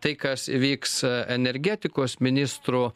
tai kas vyks energetikos ministrų